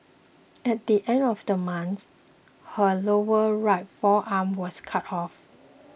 at the end of the month her lower right forearm was cut off